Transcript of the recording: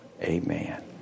Amen